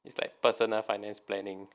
it's like personal finance planning